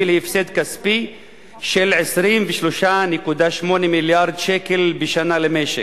להפסד כספי של 23.8 מיליארד שקל בשנה למשק,